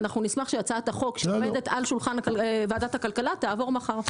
ואנחנו נשמח שהצעת החוק שעומדת על שולחן ועדת הכלכלה תעבור מחר.